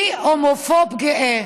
אני הומופוב גאה?